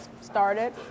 started